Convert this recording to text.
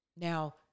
Now